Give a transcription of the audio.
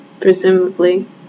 Presumably